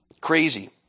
Crazy